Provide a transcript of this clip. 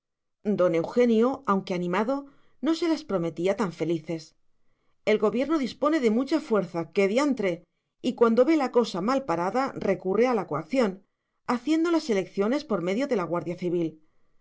don eugenio aunque animado no se las prometía tan felices el gobierno dispone de mucha fuerza qué diantre y cuando ve la cosa mal parada recurre a la coacción haciendo las elecciones por medio de la guardia civil